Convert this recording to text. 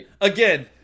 again